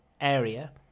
area